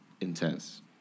intense